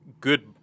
good